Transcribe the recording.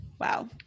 Wow